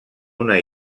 una